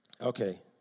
Okay